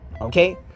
Okay